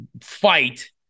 fight